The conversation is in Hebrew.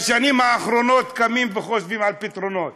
בשנים האחרונות, קמים וחושבים על פתרונות.